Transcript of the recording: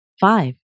Five